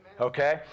okay